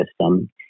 system